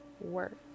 work